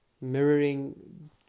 mirroring